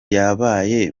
yabaye